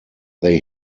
they